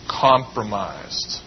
compromised